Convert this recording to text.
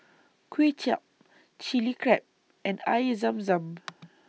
Kuay Chap Chilli Crab and Air Zam Zam